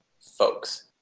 folks